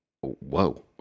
whoa